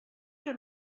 que